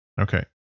Okay